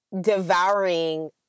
devouring